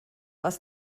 was